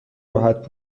راحت